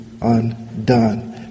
undone